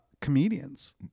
comedians